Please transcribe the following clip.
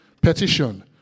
Petition